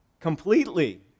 completely